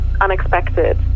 unexpected